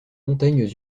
montagnes